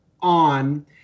on